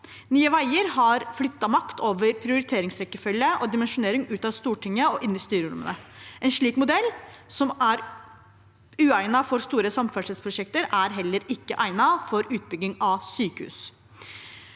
Nye veier har flyttet makt over prioriteringsrekkefølgen og dimensjoneringen ut av Stortinget og inn i styrerommene. En slik modell, som er uegnet for store samferdselsprosjekter, er heller ikke egnet for utbygging av sykehus.